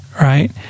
right